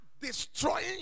Destroying